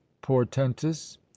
portentous